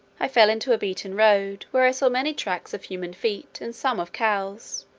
i fell into a beaten road, where i saw many tracts of human feet, and some of cows,